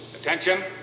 Attention